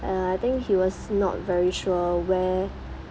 uh I think he was not very sure where